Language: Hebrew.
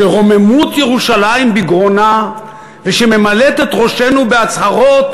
שרוממות ירושלים בגרונה ושממלאת את ראשנו בהצהרות